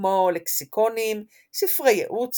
כמו לכסיקונים, ספרי ייעוץ